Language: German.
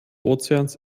ozeans